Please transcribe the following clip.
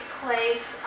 place